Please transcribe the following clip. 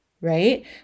right